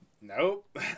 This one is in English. Nope